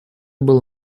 был